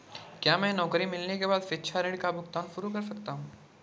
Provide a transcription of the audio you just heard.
क्या मैं नौकरी मिलने के बाद शिक्षा ऋण का भुगतान शुरू कर सकता हूँ?